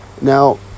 Now